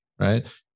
Right